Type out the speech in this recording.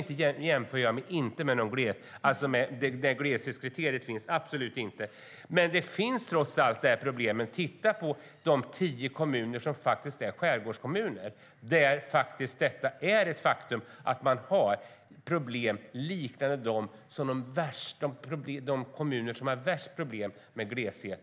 Nu jämför jag absolut inte med de kommuner där glesbygdskriteriet finns, men problemen finns trots allt. Titta på de tio kommuner som är skärgårdskommuner! Det är ett faktum att de har liknande problem som de kommuner som har värst problem med gleshet.